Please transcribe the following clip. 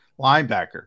Linebacker